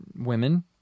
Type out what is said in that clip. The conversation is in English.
women